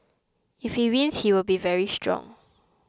if he wins he will be very strong